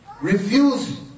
refuse